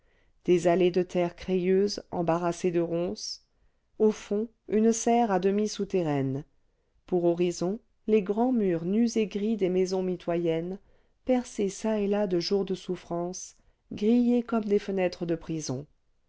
des allées de terre crayeuse embarrassées de ronces au fond une serre à demi souterraine pour horizon les grands murs nus et gris des maisons mitoyennes percés çà et là de jours de souffrance grillés comme des fenêtres de prison